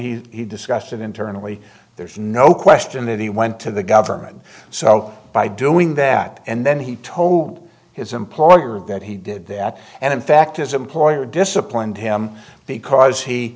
he discussion internally there's no question that he went to the government so by doing that and then he told his employer of that he did that and in fact his employer disciplined him because he